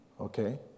okay